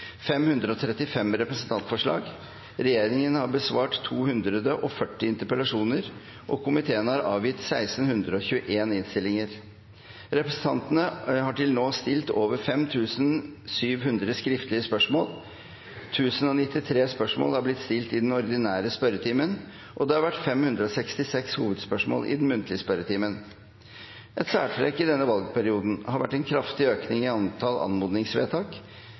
535 representantforslag, regjeringen har besvart 240 interpellasjoner og komiteene har avgitt 1 621 innstillinger. Representantene har til nå stilt over 5 700 skriftlige spørsmål, 1 093 spørsmål har blitt stilt i den ordinære spørretimen, og det har vært 566 hovedspørsmål i den muntlige spørretimen. Et særtrekk i denne valgperioden har vært en kraftig økning i antall anmodningsvedtak,